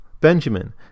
Benjamin